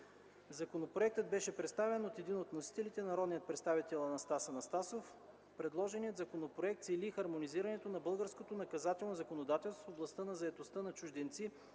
Законопроектът беше представен от един от вносителите – народният представител Анастас Анастасов. Предложеният законопроект цели хармонизирането на българското наказателно законодателство в областта на заетостта на чужденци